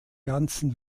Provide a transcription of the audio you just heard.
ganzen